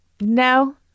No